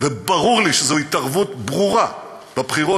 וברור לי שזו התערבות ברורה בבחירות,